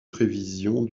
prévisions